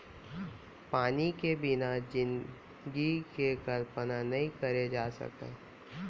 पानी के बिना जिनगी के कल्पना नइ करे जा सकय